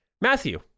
Matthew